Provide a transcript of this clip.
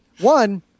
one